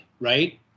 Right